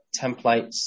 templates